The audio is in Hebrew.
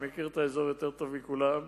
שמכיר את האזור יותר טוב מכולם,